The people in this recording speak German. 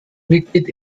mitglied